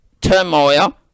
turmoil